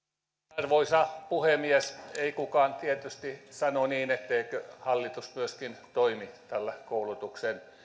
arvoisa puhemies ei kukaan tietysti sano etteikö hallitus myöskin toimi tällä koulutuksen